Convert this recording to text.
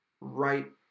right